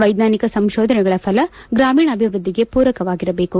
ವೈಜ್ಞಾನಿಕ ಸಂಶೋಧನೆಗಳ ಫಲ ಗ್ರಾಮೀಣಾಭಿವೃದ್ಧಿಗೆ ಪೂರಕವಾಗಿರಬೇಕು